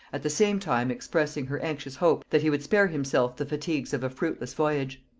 at the same time expressing her anxious hope that he would spare himself the fatigues of a fruitless voyage.